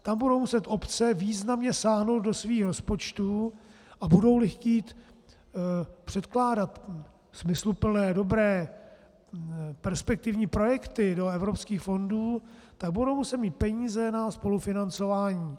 Tam budou muset obce významně sáhnout do svých rozpočtů, a budouli chtít předkládat smysluplné, dobré, perspektivní projekty do evropských fondů, budou muset mít peníze na spolufinancování.